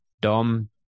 Dom